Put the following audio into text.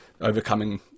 overcoming